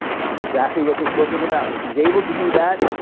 which is exactly what this book is about, if he's able to do that,